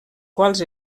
quals